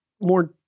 more